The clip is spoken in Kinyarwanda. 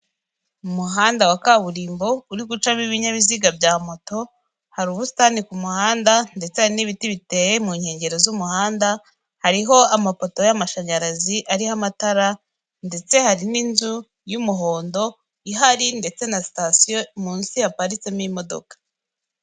Umuhanda w'igitaka iburyo bwawo n'ibumoso hari amazu agiye atandukanye. Ndahabona igipangu cy'amabara y'icyatsi ndetse iyo nzu isakaje amabati atukura. Hakurya y'umuhanda hari umukindo mwiza uri imbere y'igipangu cy'amatafari.